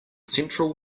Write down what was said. central